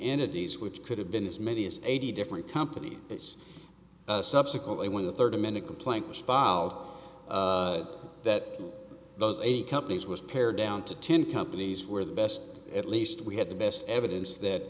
entities which could have been as many as eighty different companies it's subsequently when the thirty minute complaint was filed that those eight companies was pared down to ten companies where the best at least we had the best evidence that